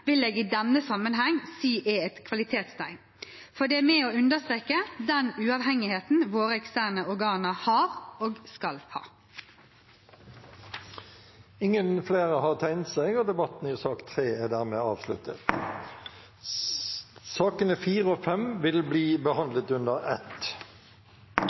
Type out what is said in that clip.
i denne sammenhengen si er et kvalitetstegn, for det er med på å understreke den uavhengigheten våre eksterne organer har og skal ha. Flere har ikke bedt om ordet til sak nr. 3. Sakene nr. 4 og 5 vil bli behandlet under ett.